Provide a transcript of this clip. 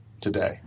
today